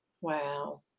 Wow